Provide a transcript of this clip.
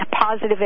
positive